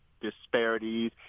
disparities